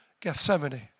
Gethsemane